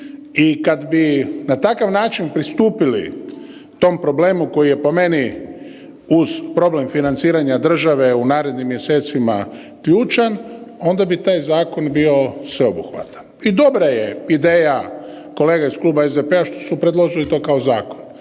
i kad bi na takav način pristupili tom problemu koji je po meni uz problem financiranja države u narednim mjesecima ključan, onda bi taj zakon bio sveobuhvatan. I dobra je ideja kolega iz Kluba SDP-a što su predložili to kao zakon,